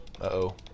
Uh-oh